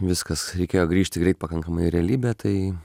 viskas reikėjo grįžti greit pakankamai į realybę tai